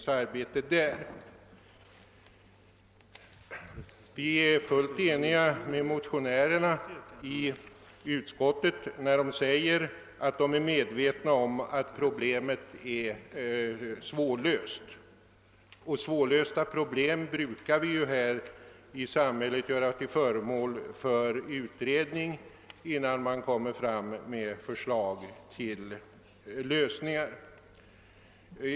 Vi är helt ense med motionärerna om att problemet är svårlöst. Svårlösta problem brukar göras till föremål för utredning innan förslag till lösningar framläggs.